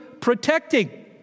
protecting